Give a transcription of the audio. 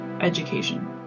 education